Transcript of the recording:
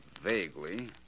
Vaguely